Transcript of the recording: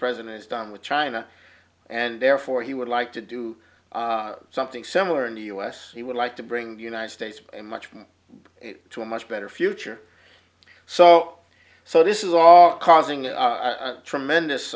president has done with china and therefore he would like to do something similar in the u s he would like to bring the united states in much more to a much better future so so this is all causing a tremendous